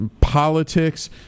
politics